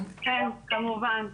כן, כמובן.